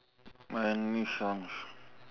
which songs